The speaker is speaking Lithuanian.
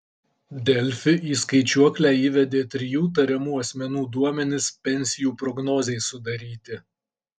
delfi į skaičiuoklę įvedė trijų tariamų asmenų duomenis pensijų prognozei sudaryti